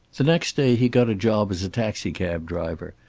the next day he got a job as a taxicab driver,